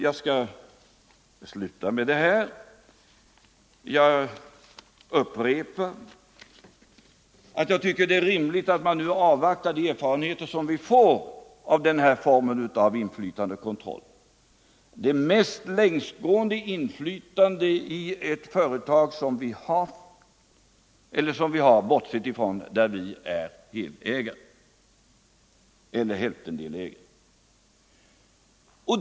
Jag tycker som sagt att det är rimligt att man nu avvaktar de erfarenheter som vi får av den här formen av inflytande och kontroll. Det är det mest långtgående inflytande i ett företag som vi har, bortsett från företag där vi är helägare eller hälftendelägare.